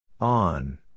On